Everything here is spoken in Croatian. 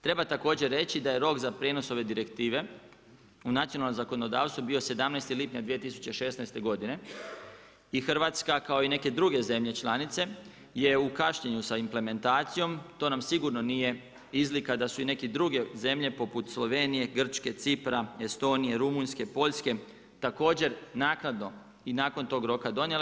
Treba također reći da je rok za prijenos ove direktive u nacionalno zakonodavstvo bio 17. lipnja 2016. godine i Hrvatska kao i neke druge zemlje članice je u kašnjenju sa implementacijom to nam sigurno nije izlika da su i neke druge zemlje poput Slovenije, Grčke, Cipra, Estonije, Rumunjske, Poljske također naknadno i nakon toga roka donijele.